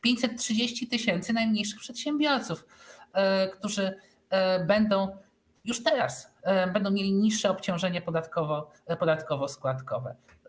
530 tys. najmniejszych przedsiębiorców, którzy już teraz będą mieli niższe obciążenie podatkowo-składkowe.